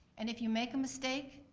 and if you make a mistake,